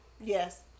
Yes